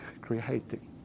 creating